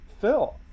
Phil